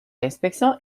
inspection